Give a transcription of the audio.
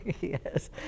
yes